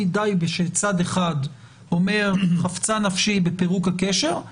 די שצד אחד אומר: חפצה נפשי בפירוק הקשר.